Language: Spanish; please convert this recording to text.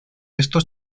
estos